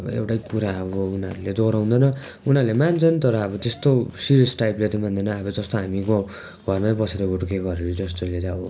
अब एउटै कुरा अब उनीहरूले दोहोर्याउँदैन उनीहरूले मान्छन् तर अब त्यस्तो सिरेस टाइपले त मान्दैन अब जस्तो हामी गाउँ घरमै बसेर हुर्केकोहरू जस्तोले चै आबो